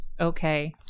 Okay